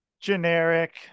generic